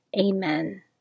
Amen